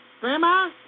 Grandma